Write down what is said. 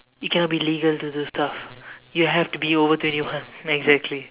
you cannot be legal to do stuff you have to be over twenty one exactly